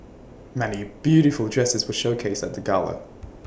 many beautiful dresses were showcased at the gala